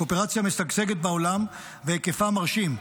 הקואופרציה משגשגת בעולם, והיקפה מרשים.